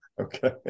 okay